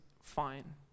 fine